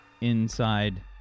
inside